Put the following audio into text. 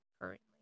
currently